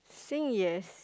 sing yes